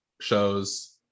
shows